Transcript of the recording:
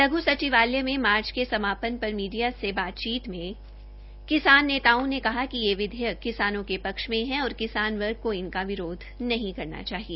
लघ् सचिवालय में मार्च के समापन पर मीडिया से बातचीत में किसान नेताओं ने कहा कि ये विधेयक किसानों के पक्ष में है और किसान वर्ग को इनका विरोध नहीं करना चाहिए